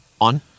ON